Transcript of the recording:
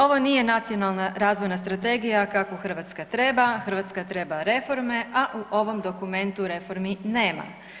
Ovo nije Nacionalna razvojna strategija kakvu Hrvatska treba, Hrvatska treba reforme, a u ovom dokumentu reformi nema.